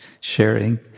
sharing